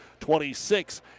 26